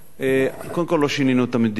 קודם כול, לא שינינו את המדיניות,